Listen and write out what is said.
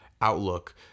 outlook